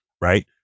right